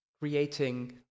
creating